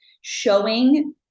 showing